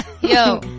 Yo